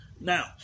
Now